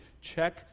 check